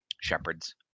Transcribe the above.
shepherd's